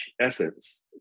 essence